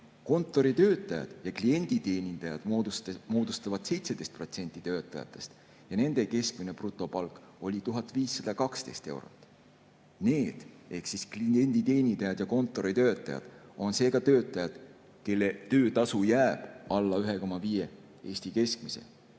bene! Kontoritöötajad ja klienditeenindajad moodustavad 17% töötajatest ja nende keskmine brutopalk oli 1512 eurot. Need ehk siis klienditeenindajad ja kontoritöötajad on seega töötajad, kelle töötasu jääb alla 1,5 Eesti keskmise